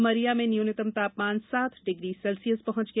उमरिया में न्यूनतम तापमान सात डिग्री सेल्सियस पहॅच गया